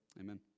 Amen